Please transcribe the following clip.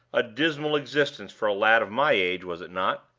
a dismal existence for a lad of my age, was it not?